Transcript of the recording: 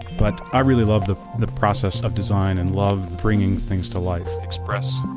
but i really love the the process of design and love bringing things to life express,